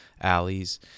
alleys